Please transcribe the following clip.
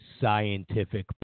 scientific